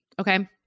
Okay